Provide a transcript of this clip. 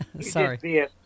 Sorry